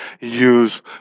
use